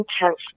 intense